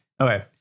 Okay